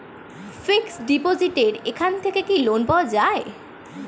Fix ডিপোজিটের এখান থেকে কি লোন পাওয়া যায়?